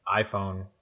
iPhone